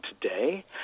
today